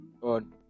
on